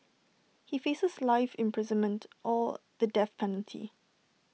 he faces life imprisonment or the death penalty